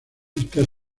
está